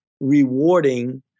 rewarding